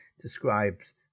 describes